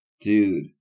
Dude